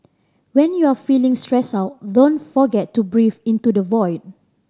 when you are feeling stressed out don't forget to breathe into the void